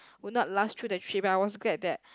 would not last through the three hours scared that